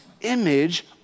image